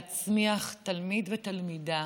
להצמיח תלמיד ותלמידה